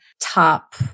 top